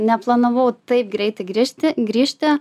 neplanavau taip greitai grįžti grįžti